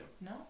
No